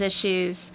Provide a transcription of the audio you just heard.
issues